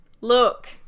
Look